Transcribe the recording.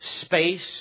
space